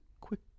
quick